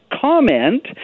comment